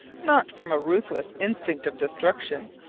not from a ruthless instinct of destruction,